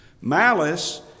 Malice